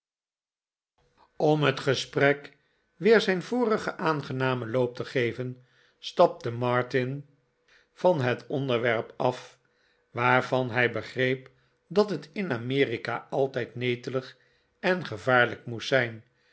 om net gesprek weer zijn vorigen aangenamen loop te geven stapte martin van het onderwerp af waarvan hij begreep dat het in amerika altijd netelig en gevaarlijk moest zijn